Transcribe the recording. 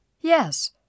Yes